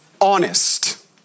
Honest